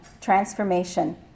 Transformation